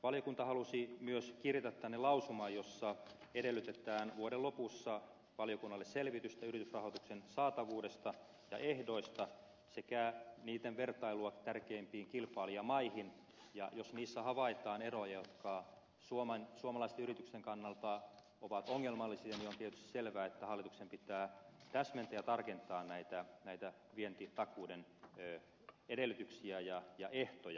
valiokunta halusi myös kirjata tänne lausuman jossa edellytetään vuoden lopussa valiokunnalle selvitystä yritysrahoituksen saatavuudesta ja ehdoista sekä niitten vertailua tärkeimpiin kilpailijamaihin ja jos niissä havaitaan eroja jotka suomalaisten yritysten kannalta ovat ongelmallisia niin on tietysti selvää että hallituksen pitää täsmentää ja tarkentaa näitä vienti takuiden edellytyksiä ja ehtoja